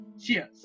Cheers